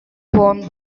won